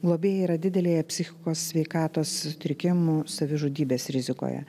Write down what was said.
globėjai yra didelėje psichikos sveikatos sutrikimų savižudybės rizikoje